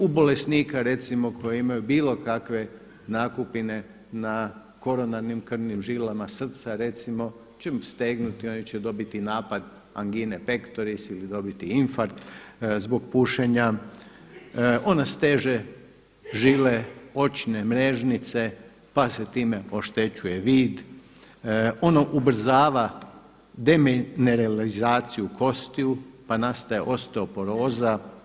U bolesnika recimo koji imaju bilo kakve nakupine na koronarnim krvnim žilama srca recimo će stegnuti, oni će dobiti napad angine pectoris ili dobiti infarkt zbog pušenja, ona steže žile očne mrežnice pa se time oštećuje vid, ono ubrzava demineralizaciju kostiju, pa nastaje osteoporoza.